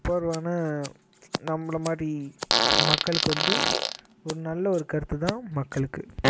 சூப்பரான நம்மள மாதிரி மக்களுக்கு வந்து ஒரு நல்ல ஒரு கருத்துதான் மக்களுக்கு